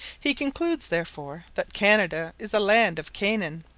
he concludes, therefore, that canada is a land of canaan,